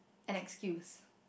an excuse